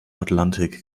atlantik